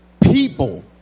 people